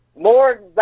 more